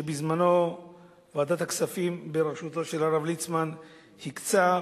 שבזמנו ועדת הכספים בראשותו של הרב ליצמן הקצתה,